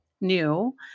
new